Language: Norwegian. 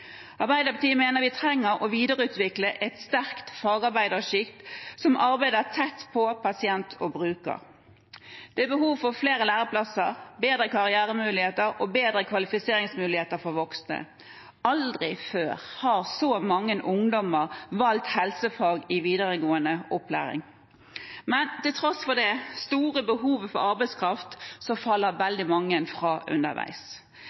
Arbeiderpartiet mener vi trenger å videreutvikle et sterkt fagarbeidersjikt som arbeider tett på pasient og bruker. Det er behov for flere læreplasser, bedre karrieremuligheter og bedre kvalifiseringsmuligheter for voksne. Aldri før har så mange ungdommer valgt helsefag i videregående opplæring, men til tross for det store behovet for arbeidskraft faller veldig mange fra underveis.